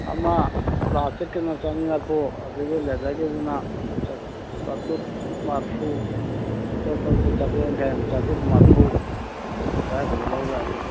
ꯑꯃ ꯄ꯭ꯂꯥꯁꯇꯤꯛꯗꯨꯅ ꯆꯅꯤ ꯃꯔꯤꯐꯨ ꯑꯗꯒꯤ ꯂꯦꯗꯔꯒꯤꯗꯨꯅ ꯆꯥꯇꯔꯨꯛ ꯃꯔꯤꯐꯨ ꯑꯇꯣꯞꯄꯗ ꯆꯥꯇꯔꯦꯠ ꯌꯥꯡꯈꯩ ꯍꯥꯏꯕꯅꯤ ꯆꯥꯇꯔꯨꯛꯀ ꯃꯔꯤꯐꯨ ꯑꯗꯨꯋꯥꯏ ꯐꯥꯎꯗ ꯂꯧꯕ ꯌꯥꯅꯤ